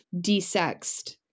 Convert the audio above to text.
de-sexed